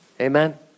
Amen